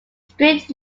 straight